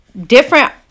different